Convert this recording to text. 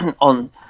on